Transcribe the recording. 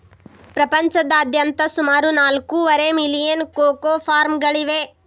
ಪ್ರಪಂಚದಾದ್ಯಂತ ಸುಮಾರು ನಾಲ್ಕೂವರೆ ಮಿಲಿಯನ್ ಕೋಕೋ ಫಾರ್ಮ್ಗಳಿವೆ